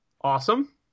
Awesome